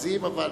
כבוד היושב-ראש,